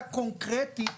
זה דיון פרטני מאוד,